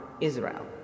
Israel